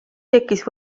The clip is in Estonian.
tekkis